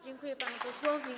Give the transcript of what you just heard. Dziękuję panu posłowi.